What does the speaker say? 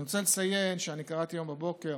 אני רוצה לציין שאני קראתי היום בבוקר